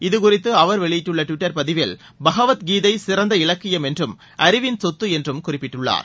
இதுகுறித்துஅவர் வெளியிட்டுள்ளடுவிட்டர் பதிவில் பகவத் கீதை சிறந்த இலக்கியம் என்றும் அறிவின் சொத்துஎன்றும் குறிப்பிட்டுள்ளார்